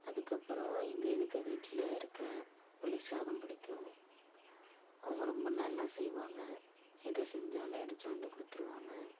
அதுக்கப்புறம் எங்கள் எதிக்க வீட்டில இருக்க புளி சாதம் பிடிக்கும் அவங்க ரொம்ப நல்லா செய்வாங்க எது செஞ்சாலும் எடுத்துட்டு வந்து கொடுத்துருவாங்க